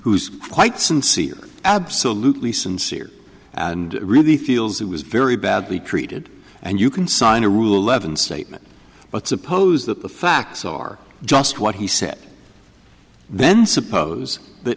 who's quite sincere absolutely sincere and really feels he was very badly treated and you can sign a rule eleven statement but suppose that the facts are just what he said then suppose that